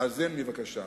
האזן לי בבקשה,